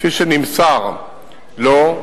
כפי שנמסר לו,